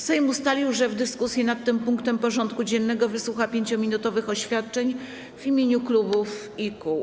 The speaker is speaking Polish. Sejm ustalił, że w dyskusji nad tym punktem porządku dziennego wysłucha 5-minutowych oświadczeń w imieniu klubów i kół.